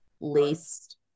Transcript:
laced